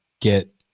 get